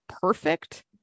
perfect